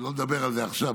לא נדבר על זה עכשיו,